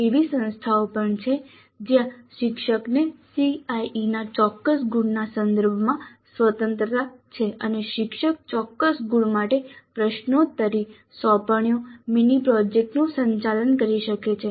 એવી સંસ્થાઓ પણ છે જ્યાં શિક્ષકને CIE ના ચોક્કસ ગુણના સંદર્ભમાં સ્વતંત્રતા છે અને શિક્ષક ચોક્કસ ગુણ માટે પ્રશ્નોત્તરી સોંપણીઓ મિની પ્રોજેક્ટ્સનું સંચાલન કરી શકે છે